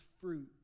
fruit